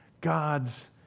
God's